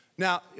Now